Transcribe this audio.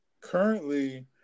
Currently